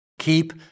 Keep